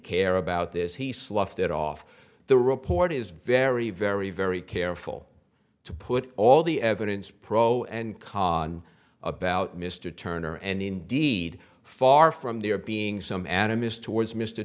care about this he slough that off the report is very very very careful to put all the evidence pro and con on about mr turner and indeed far from there being some adam is towards mr